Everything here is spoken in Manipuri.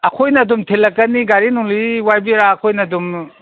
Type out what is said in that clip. ꯑꯩꯈꯣꯏꯅ ꯑꯗꯨꯝ ꯊꯤꯜꯂꯛꯀꯅꯤ ꯒꯥꯔꯤ ꯅꯨꯡꯂꯤ ꯋꯥꯏꯕꯤꯔꯥ ꯑꯩꯈꯣꯏꯅ ꯑꯗꯨꯝ